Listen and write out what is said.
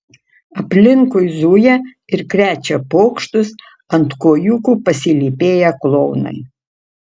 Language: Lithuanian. aplinkui zuja ir krečia pokštus ant kojūkų pasilypėję klounai